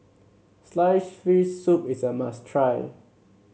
slice fish soup is a must try